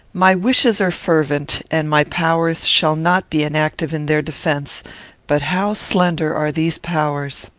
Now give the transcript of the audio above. my wishes are fervent, and my powers shall not be inactive in their defence but how slender are these powers!